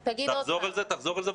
בבקשה תחזור עליהם.